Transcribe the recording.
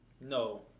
No